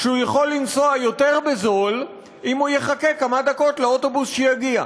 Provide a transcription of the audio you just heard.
כשהוא יכול לנסוע יותר בזול אם הוא יחכה כמה דקות לאוטובוס שיגיע?